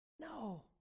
No